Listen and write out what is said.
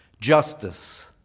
justice